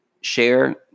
share